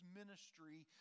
ministry